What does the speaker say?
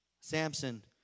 Samson